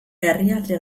herrialde